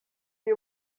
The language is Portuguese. que